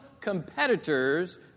competitors